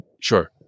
Sure